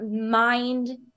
mind